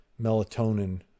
melatonin